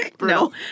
No